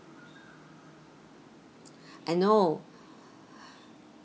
I know